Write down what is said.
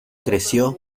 creció